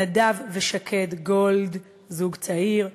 נדב ושקד גולד, זוג צעיר,